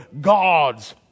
God's